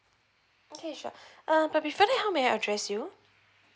okay sure err but before that how may I address you